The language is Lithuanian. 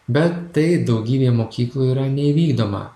be tai daugybėj mokyklų yra neįvykdoma